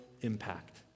impact